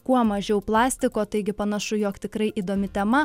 kuo mažiau plastiko taigi panašu jog tikrai įdomi tema